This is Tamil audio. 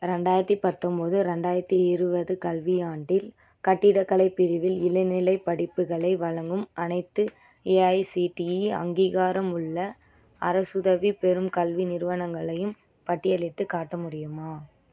ரெண்டாயிரத்தி பத்தொம்பது ரெண்டாயிரத்தி இருபது கல்வியாண்டில் கட்டிடக்கலை பிரிவில் இளநிலைப் படிப்புகளை வழங்கும் அனைத்து ஏஐசிடிஇ அங்கீகாரமுள்ள அரசுதவி பெறும் கல்வி நிறுவனங்களையும் பட்டியலிட்டுக் காட்ட முடியுமா